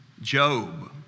Job